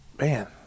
man